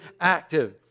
active